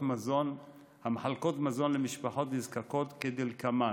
מזון המחלקות מזון למשפחות נזקקות כדלקמן: